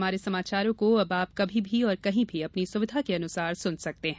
हमारे समाचारों को अब आप कभी भी और कहीं भी अपनी सुविधा के अनुसार सुन सकते हैं